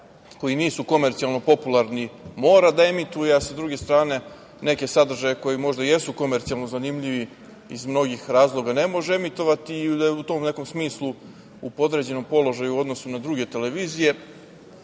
koji nisu komercijalno popularni mora da emituje. S druge strane, neke sadržaje koji možda jesu komercijalno zanimljivi iz mnogih razloga ne može emitovati i u tom nekom smislu je u podređenom položaju u odnosu na druge televizije